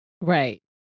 Right